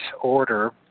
Order